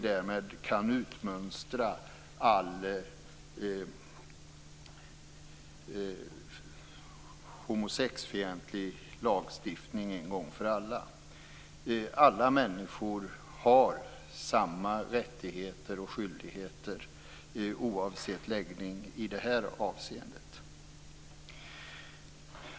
Därmed kan vi utmönstra all homosexfientlig lagstiftning en gång för alla. Alla människor har samma rättigheter och skyldigheter oavsett läggning i det avseendet.